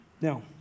Now